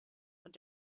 und